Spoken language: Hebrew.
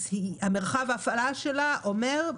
מרחב ההפעלה שלה אומר: